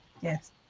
Yes